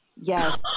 yes